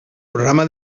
programa